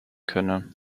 könne